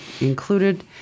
included